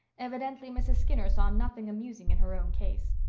evidently mrs. skinner saw nothing amusing in her own case.